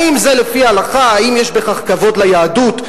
האם זה לפי ההלכה, האם יש בכך כבוד ליהדות?